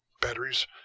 batteries